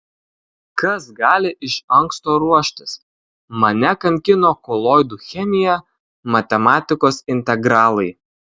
kas gali iš anksto ruoštis mane kankino koloidų chemija matematikos integralai